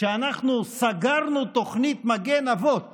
שאנחנו סגרנו את תוכנית מגן אבות